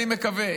אני מקווה